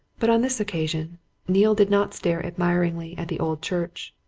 but on this occasion neale did not stare admiringly at the old church,